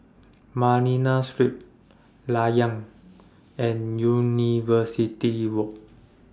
Manila Street Layar and University Walk